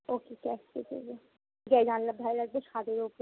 ওকে cash pay করবো এই জানলার ধারে রাখবো ছাদের ওপরে